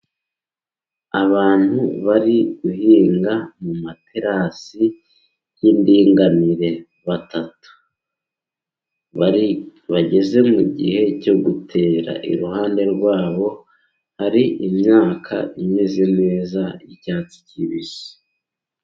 Abantu bari guhinga mu materasi y'indinganire batatu bageze mu gihe cyo gutera iruhande rwabo hari imyaka imeze neza y'icyatsi kibisi.